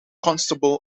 constable